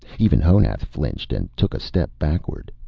even honath flinched and took a step backward.